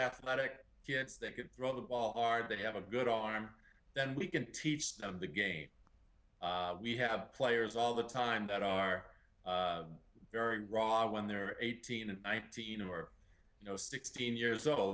athletic hits that could throw the ball hard they have a good arm then we can teach them the game we have players all the time that are very raw when they're eighteen and nineteen or you know sixteen years old